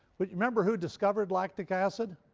but you remember who discovered lactic acid?